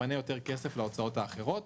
יתפנה יותר כסף להוצאות האחרות.